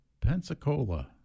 Pensacola